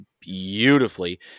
beautifully